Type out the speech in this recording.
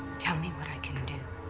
tell me what i can do.